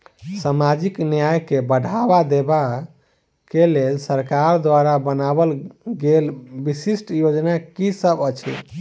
सामाजिक न्याय केँ बढ़ाबा देबा केँ लेल सरकार द्वारा बनावल गेल विशिष्ट योजना की सब अछि?